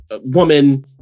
woman